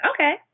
Okay